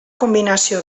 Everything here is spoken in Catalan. combinació